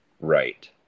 Right